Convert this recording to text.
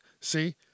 See